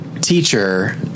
teacher